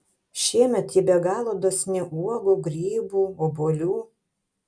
šiemet ji be galo dosni uogų grybų obuolių